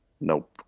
Nope